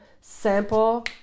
sample